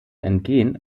entgehen